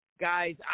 guys